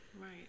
right